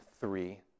three